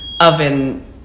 oven